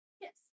Yes